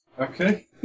Okay